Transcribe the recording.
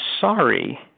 sorry